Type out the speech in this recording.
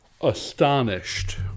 Astonished